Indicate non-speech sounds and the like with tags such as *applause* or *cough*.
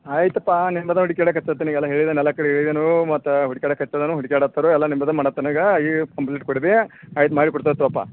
ಆಯ್ತಪಾ ನಿಮ್ಮ ನೋಡಿ ಕೇಳ ಕತ್ತತ್ತನೆ ಎಲ್ಲ ಹೇಳಿ *unintelligible* ಮತ್ತು ಹುಡಿಕ್ಯಾಡ ಕತ್ತಿದನು ಹುಡಕ್ಯಾಡ *unintelligible* ಈಗ ಕಂಪ್ಲೀಟ್ ಕೊಡಿಬಿ ಆಯ್ತು ಮಾಡಿ ಕೊಡ್ತೀವಿ ತೋಪ